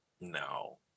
No